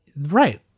right